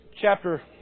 chapter